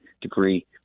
degree